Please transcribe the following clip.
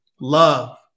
love